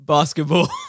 Basketball